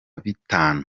bitanu